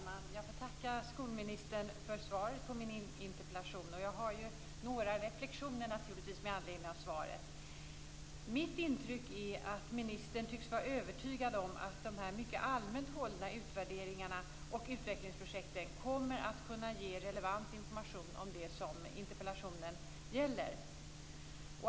Fru talman! Jag får tacka skolministern för svaret på min interpellation. Jag har naturligtvis några reflexioner med anledning av svaret. Mitt intryck är att ministern tycks vara övertygad om att de mycket allmänt hållna utvärderingarna och utvecklingsprojekten kommer att kunna ge relevant information om det som interpellationen gäller.